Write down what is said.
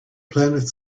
planet